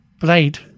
Blade